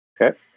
Okay